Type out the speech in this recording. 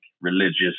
religious